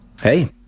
Hey